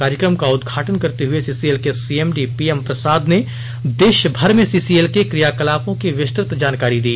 कार्यक्रम का उद्घाटन करते हुए सीसीएल के सीएमडी पीएम प्रसाद ने देशभर में सीसीएल के कियाकलापों की विस्तृत जानकारी दी